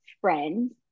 friends